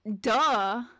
duh